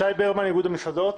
שי ברמן, איגוד המסעדות.